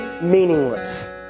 meaningless